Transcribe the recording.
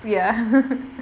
ya